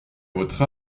votre